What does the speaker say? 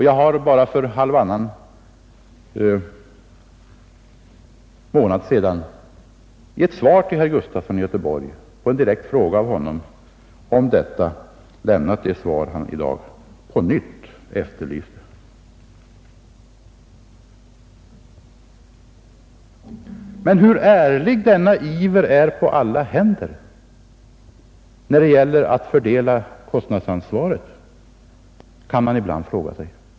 Jag har bara för halvannan månad sedan på en direkt fråga av herr Gustafson i Göteborg om detta lämnat det besked, som han i dag på nytt efterlyst. Man kan ibland fråga sig hur ärlig denna iver är på alla händer, när det gäller att fördela kostnadsansvaret.